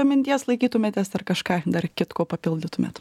minties laikytumėtės ar kažką dar kitko papildytumėt